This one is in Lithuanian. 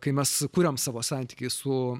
kai mes kuriam savo santykį su